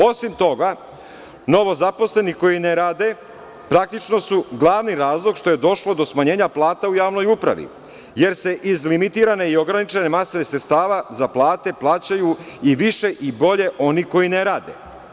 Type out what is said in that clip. Osim toga, novozaposleni koji ne rade praktično su glavni razlog što je došlo do smanjenja plata u javnoj upravi, jer se iz limitirane i ograničene mase sredstva za plate plaćaju i više i bolje oni koji ne rade.